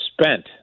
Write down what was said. spent